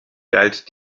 galt